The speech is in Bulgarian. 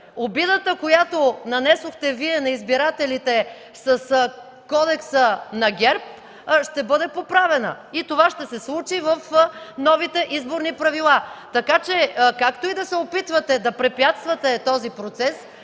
Обидата, която нанесохте Вие на избирателите с Кодекса на ГЕРБ, ще бъде поправена и това ще се случи в новите изборни правила, така че както и да се опитвате да препятствате този процес,